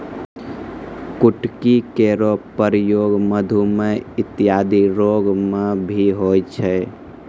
कुटकी केरो प्रयोग मधुमेह इत्यादि रोग म भी होय छै